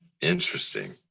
Interesting